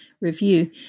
review